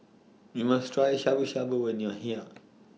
YOU must Try Shabu Shabu when YOU Are here